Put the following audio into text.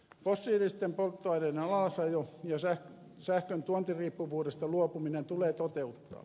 fossiilisten polttoaineiden alasajo ja sähkön tuontiriippuvuudesta luopuminen tulee toteuttaa